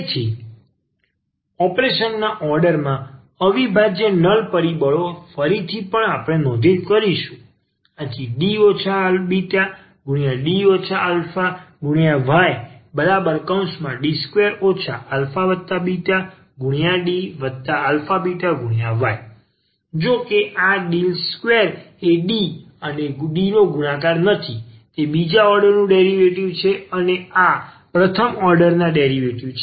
તેથી ઓપરેશન ના ઓર્ડરમાં અવિભાજ્ય નલ પરિબળો ફરીથી પણ અમે નોંધ કરીશું D βD αyD2 αβDαβy જોકે આ D2 એ D અને D નો ગુણાકાર નથી તે બીજા ઓર્ડરનું ડેરિવેટિવ છે અને આ પ્રથમ ઓર્ડરના ડેરિવેટિવ છે